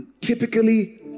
typically